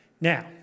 Now